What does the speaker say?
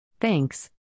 Thanks